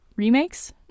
remakes